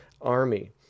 army